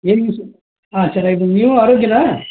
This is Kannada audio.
ಏನು ವಿಷಯ ಹಾಂ ಚೆನ್ನಾಗಿದ್ದೇನೆ ನೀವು ಆರೋಗ್ಯವಾ